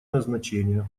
назначения